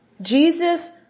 Jesus